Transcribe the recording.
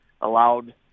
allowed